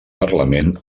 parlament